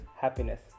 happiness